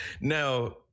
Now